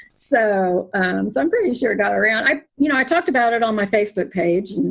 so and so i'm pretty sure it got around. i you know, i talked about it on my facebook page.